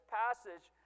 passage